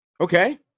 Okay